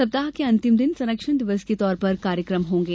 सप्ताह के अंतिम दिन संरक्षण दिवस के तौर पर कार्यक्रम होंगे